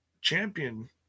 champion